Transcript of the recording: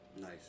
Nice